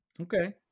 Okay